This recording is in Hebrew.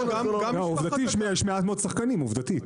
עובדתית יש מעט מאוד שחקנים, עובדתית.